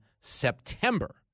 September